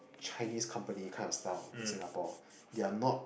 Chinese company kind of style in Singapore they are not